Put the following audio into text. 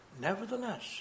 Nevertheless